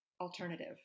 alternative